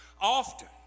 often